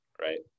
right